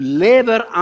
labor